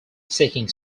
seeking